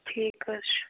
ٹھیٖک حظ چھُ